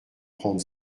prendre